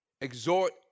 Exhort